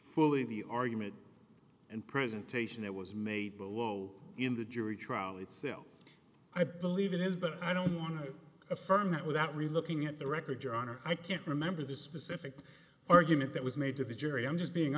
fully the argument and presentation that was made in the jury trial itself i believe it is but i don't want to affirm that without really looking at the record your honor i can't remember the specific argument that was made to the jury i'm just being